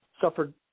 suffered